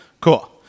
Cool